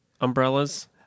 Umbrellas